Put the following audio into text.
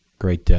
great,